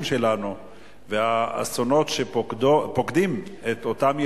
שלנו והאסונות שפוקדים את אותם ילדים,